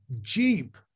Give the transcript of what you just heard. Jeep